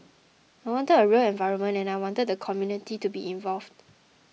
I wanted a real environment and I wanted the community to be involved